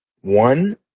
One